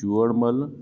Chuharmal